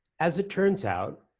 as it turns out,